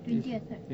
twentieth right